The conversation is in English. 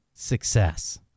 Success